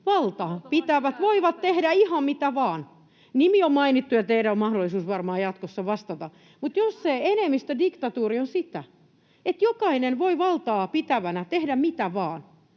valtaapitävät voivat tehdä ihan mitä vaan... [Välihuuto] — Nimi on mainittu, ja teillä on varmaan mahdollisuus jatkossa vastata. — Jos se enemmistödiktatuuri on sitä, että jokainen voi valtaapitävänä tehdä mitä vaan,